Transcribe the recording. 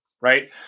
right